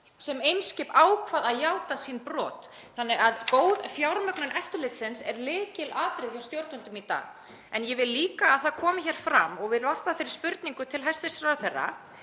sem Eimskip ákvað að játa sín brot. Þannig að góð fjármögnun eftirlitsins er lykilatriði hjá stjórnvöldum í dag. En ég vil líka að það komi hér fram og vil varpa því til hæstv. ráðherra